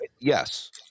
Yes